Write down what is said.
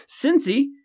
Cincy